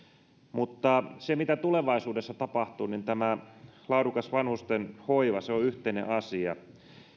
se mitä tulevaisuudessa tapahtuu tämä laadukas vanhusten hoiva on yhteinen asia